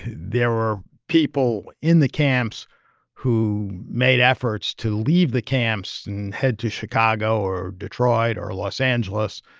there were people in the camps who made efforts to leave the camps and head to chicago or detroit or los angeles.